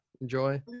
enjoy